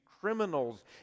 criminals